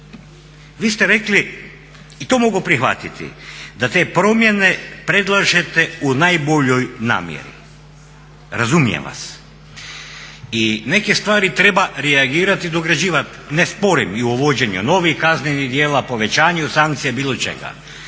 Vi ste rekli i to mogu prihvatiti da te promjene predlažete u najboljoj namjeri. Razumijem vas. I neke stvari treba reagirati i dograđivati, ne sporim i u uvođenju novih kaznenih djela, povećanju sankcija, bilo čega.